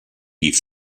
die